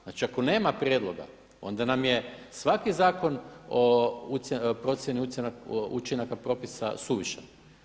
Znači ako nema prijedloga, onda nam je svaki Zakon o procjeni učinaka propisa suvišan.